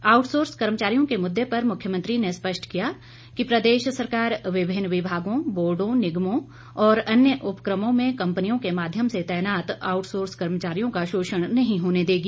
outsource कर्मचारियों के मुद्दे पर मुख्यमंत्री ने स्पष्ट किया कि प्रदेश सरकार विभिन्न विभागों बोर्डो निगमों और अन्य उपक्रमों में कंपनियों के माध्यम से तैनात आउटसोर्स कर्मचारियों का शोषण नहीं होने देगी